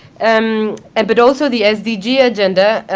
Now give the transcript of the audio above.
um and but also the sdg agenda,